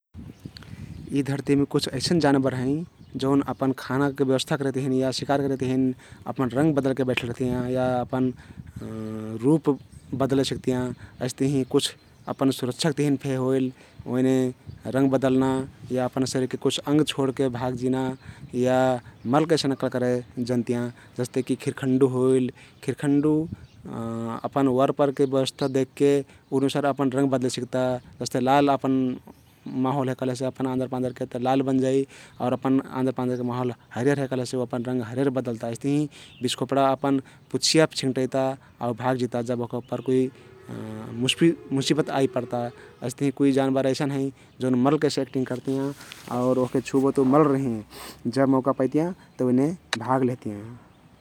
यी धरतीमे कुछ अइसन जानबर हँइ जउन अपना खानाक ब्यवस्था करेक तहिन या शिकार करेक तहिन अपन रङ्ग बदलके बैठल रहतियाँ या अपन रुप बदले सक्तियाँ । अइस्तहिं कुछ अपन सुरक्षक तहिन फेक होइल ओइने रङ्ग बदल्ना या अपन शरिरके कुछ अंग छोड्के भागजिना या मरल कैसा नक्कल करे जन्तियाँ । जस्तेकी खिरखन्डु होइल, खिरखन्डु अपन वरपरके ब्यवस्था देखके उ अनुसार अपन रङ्ग बदले सिक्ता । जस्ते लाल अपना माहोल हे कहलेसे अपन आँजर पाँजरके ते लाल बनजाइ आउर अपन आँजर पाँजरके हरियर हइ कहलेसे उ अपन रङ्ग हरियर बदल्ता । अइस्तहिं बिच्छखोप्डा अपन पुँछिया छिंग्टइता आउ भागजिता जब ओअका उप्पर कुइ मुसिबत अइता । कुइ जानबर अइसन हँइ जउन मरल कैसा एक्डटिंग करतियाँ आउर ओहके छुबोत मरल रहिहें, जब मौका पइतियाँ तउ ओइने भाग लेहतियाँ ।